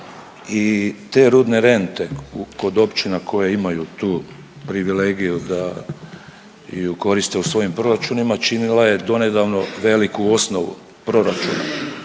i te rudne rente kod općina koje imaju tu privilegiju da ju koriste u svojim proračunima činila je donedavno veliku osnovu proračuna.